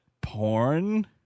porn